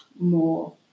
more